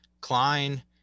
Klein